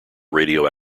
radio